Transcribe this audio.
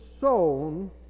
sown